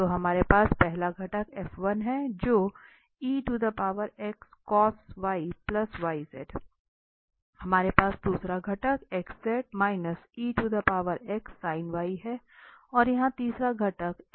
तो हमारे पास पहला घटक F1 है जो हमारे पास दूसरा घटक है और यहां तीसरा घटक है